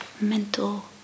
mental